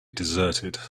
deserted